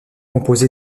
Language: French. composé